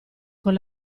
con